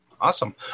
awesome